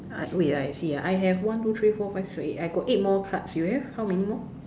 I wait ah I see ah I have one two three four five six seven eight I got eight more cards you have how many more